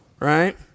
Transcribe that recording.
right